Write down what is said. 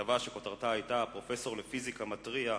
כתבה שכותרתה היתה, פרופסור לפיזיקה מתריע: